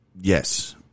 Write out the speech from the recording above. Yes